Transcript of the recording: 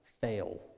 fail